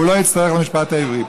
הוא לא יצטרך למשפט העברי.